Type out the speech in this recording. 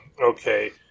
Okay